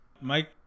Mike